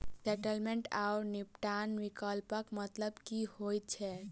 Settlement आओर निपटान विकल्पक मतलब की होइत छैक?